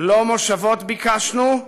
לא מושבות ביקשנו,